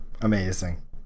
Amazing